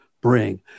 bring